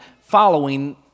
following